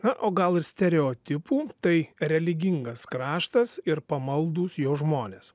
na o gal ir stereotipų tai religingas kraštas ir pamaldūs jo žmonės